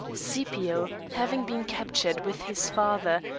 scipio, having been captured with his father,